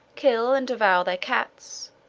kill and devour their cats,